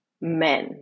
men